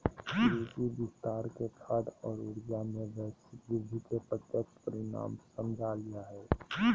कृषि विस्तार के खाद्य और ऊर्जा, में वैश्विक वृद्धि के प्रत्यक्ष परिणाम समझाल जा हइ